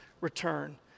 return